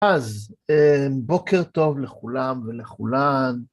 אז בוקר טוב לכולם ולכולן.